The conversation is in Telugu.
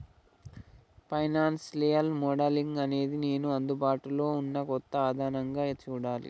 ఫైనాన్సియల్ మోడలింగ్ అనేది నేడు అందుబాటులో ఉన్న కొత్త ఇదానంగా చూడాలి